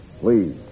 Please